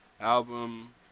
album